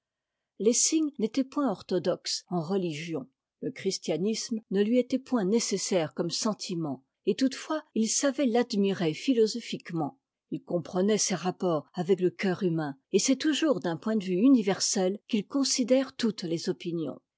lessing n'était point orthodoxe en religion le christianisme ne lui était point nécessaire comme sentiment et toutefois il savait l'admirer philosophiquement il comprenait ses rapports avec le cœur humain et c'est toujours d'un point de vue universel qu'il considère toutes les opinions